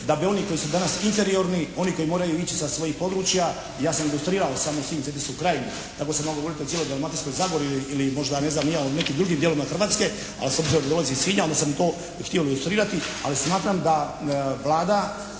da bi oni koji su danas inferiorni, oni koji moraju ići sa svojih područja, ja sam ilustrirao samo Sinj i Cetinsku krajinu. Tako sam mogao govoriti o cijeloj Dalmatinskoj Zagori ili možda ne znam ni ja o nekim drugim dijelovima Hrvatske, ali s obzirom da dolazim iz Sinja onda sam i to htio ilustrirati, ali smatram da Vlada